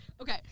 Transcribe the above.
Okay